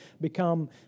become